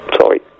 Sorry